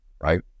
right